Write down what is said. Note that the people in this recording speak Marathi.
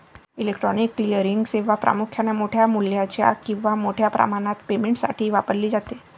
इलेक्ट्रॉनिक क्लिअरिंग सेवा प्रामुख्याने मोठ्या मूल्याच्या किंवा मोठ्या प्रमाणात पेमेंटसाठी वापरली जाते